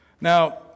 Now